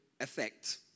effect